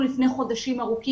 הפקרה של הילדים בגיל הרך.